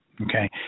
okay